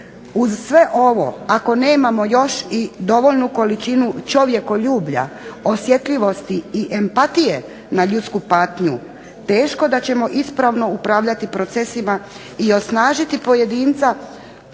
Uz sve ovo, ako nemamo još i dovoljnu količinu čovjekoljublja, osjetljivosti i empatije na ljudsku patnju teško da ćemo ispravno upravljati procesima i osnažiti pojedinca